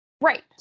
Right